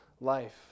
life